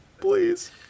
please